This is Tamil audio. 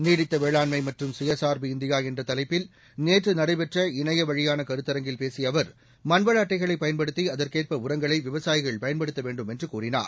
நீடித்த வேளாண்மை மற்றும் சுயசார்பு இந்தியா என்ற தலைப்பில் நேற்று நடைபெற்ற இணையவழியான கருத்தரங்கில் பேசிய அவர் மண்வள அட்டைகளைப் பயன்படுத்தி அதற்கேற்ப உரங்களை விவசாயிகள் பயன்படுத்த வேண்டும் என்று கூறினார்